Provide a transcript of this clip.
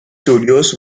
studios